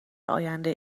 آینده